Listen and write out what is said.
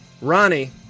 Ronnie